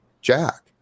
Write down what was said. Jack